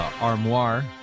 Armoire